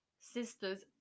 sister's